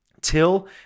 till